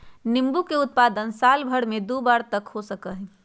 नींबू के उत्पादन साल भर में दु बार तक हो सका हई